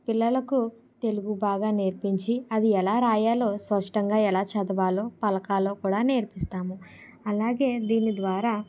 పిల్లలకు తెలుగు బాగా నేర్పించి అది ఎలా రాయాలో స్పష్టంగా ఎలా చదవాలో పలకాలో కూడా నేర్పిస్తాము అలాగే దీని ద్వారా